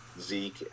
Zeke